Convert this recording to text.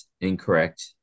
incorrect